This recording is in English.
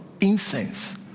incense